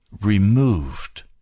removed